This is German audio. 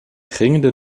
dringende